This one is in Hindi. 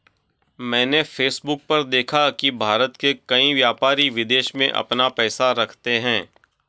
मैंने फेसबुक पर देखा की भारत के कई व्यापारी विदेश में अपना पैसा रखते हैं